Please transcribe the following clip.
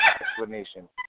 explanation